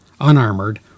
unarmored